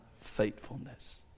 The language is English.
faithfulness